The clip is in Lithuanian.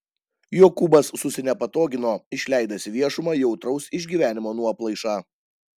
jokūbas susinepatogino išleidęs į viešumą jautraus išgyvenimo nuoplaišą